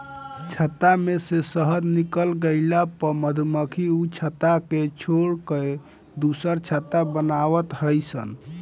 छत्ता में से शहद निकल गइला पअ मधुमक्खी उ छत्ता के छोड़ के दुसर छत्ता बनवत हई सन